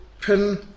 pin